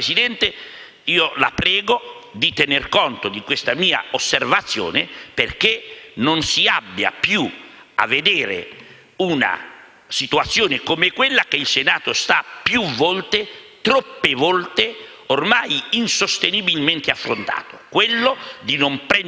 una situazione come quella che il Senato sta più volte - troppe volte - ormai insostenibilmente affrontando, ossia non prendere parola in senso concreto - ribadisco, nella pienezza dei suoi poteri - sui provvedimenti di natura finanziaria.